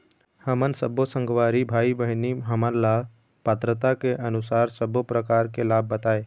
हमन सब्बो संगवारी भाई बहिनी हमन ला पात्रता के अनुसार सब्बो प्रकार के लाभ बताए?